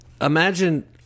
Imagine